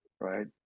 Right